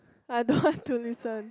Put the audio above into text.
I don't want to listen